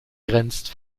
grenzt